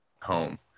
home